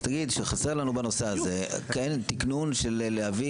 אז תגיד שחסר לנו בנושא הזה תקנים בשביל להביא